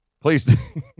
please